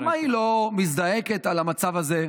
למה היא לא מזדעקת על המצב הזה?